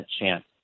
chance